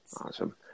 Awesome